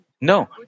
No